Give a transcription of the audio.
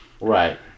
Right